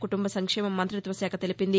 కుటుంబ సంక్షేమ మంత్రిత్వశాఖ తెలిపింది